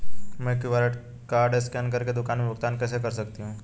मैं QR code scan कर के दुकान में भुगतान कैसे कर सकती हूँ?